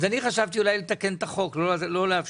אז חשבתי אולי לתקן את החוק ולא לאפשר